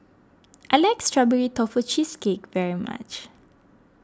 I like Strawberry Tofu Cheesecake very much